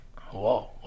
whoa